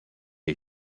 est